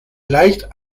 leicht